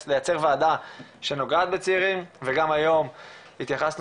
לייצר וועדה שנוגעת בצעירים וגם היום התייחסנו